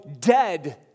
dead